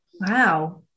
Wow